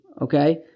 Okay